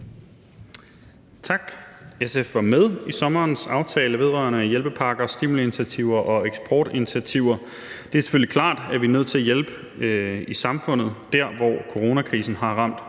SF var med i sommerens aftale vedrørende hjælpepakker, stimuliinitiativer og eksportinitiativer. Det er selvfølgelig klart, at vi er nødt til at hjælpe i samfundet der, hvor coronakrisen har ramt